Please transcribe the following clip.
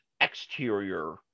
exterior